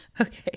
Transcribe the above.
Okay